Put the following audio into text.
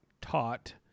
taught